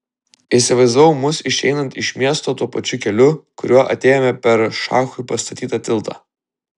įsivaizdavau mus išeinant iš miesto tuo pačiu keliu kuriuo atėjome per šachui pastatytą tiltą